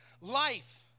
life